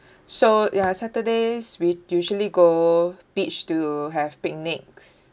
so ya saturdays we'd usually go beach to have picnics